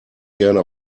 gerne